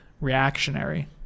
reactionary